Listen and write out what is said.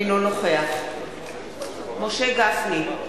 אינו נוכח משה גפני,